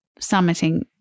summiting